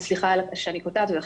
סליחה שאני קוטעת אותך,